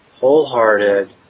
wholehearted